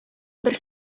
бер